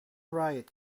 riot